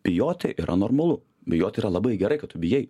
bijoti yra normalu bijoti yra labai gerai kad tu bijai